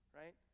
right